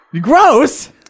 gross